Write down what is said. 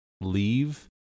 leave